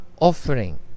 offering